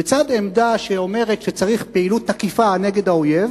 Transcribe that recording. בצד עמדה שאומרת שצריך פעילות תקיפה נגד האויב